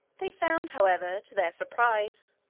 they found, however, to their surprise,